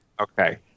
Okay